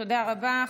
תודה רבה.